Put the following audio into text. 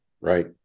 right